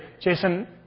Jason